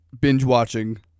binge-watching